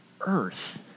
earth